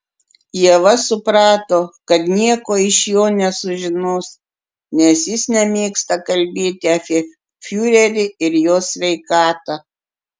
ieva suprato kad nieko iš jo nesužinos nes jis nemėgsta kalbėti apie fiurerį ir jo sveikatą